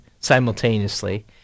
simultaneously